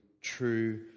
true